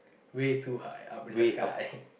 way too high up in the sky